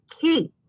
key